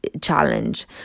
challenge